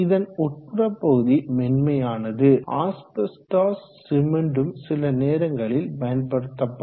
இதன் உட்புறபகுதி மென்மையானது ஆஸ்பெஸ்டாஸ் சிமெண்ட் ம் சில நேரங்களில் பயன்படுத்தப்படும்